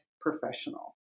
professional